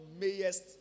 mayest